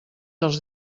els